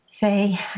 say